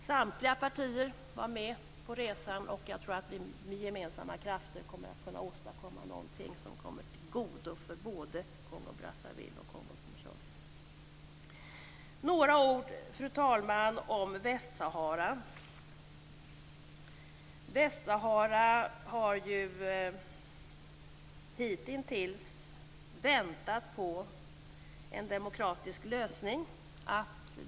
Samtliga partier var med på resan, och jag tror att vi med gemensamma krafter kommer att kunna åstadkomma någonting som kommer till godo för både Kongo-Brazzaville och Kongo Några ord, fru talman, om Västsahara. Västsahara har ju hitintills väntat på en demokratisk lösning.